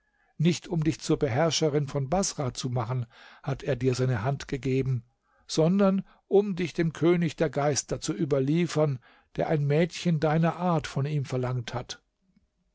nicht um dich zur beherrscherin von baßrah zu machen hat er dir seine hand gegeben sondern um dich dem könig der geister zu überliefern der ein mädchen deiner art von ihm verlangt hat